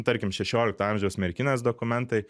tarkim šešiolikto amžiaus merkinės dokumentai